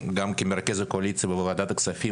גם כמרכז הקואליציה בוועדת הכספים,